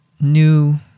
new